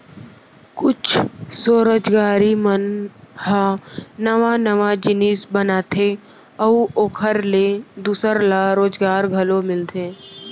कुछ स्वरोजगारी मन ह नवा नवा जिनिस बनाथे अउ ओखर ले दूसर ल रोजगार घलो मिलथे